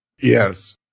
Yes